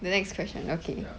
the next question okay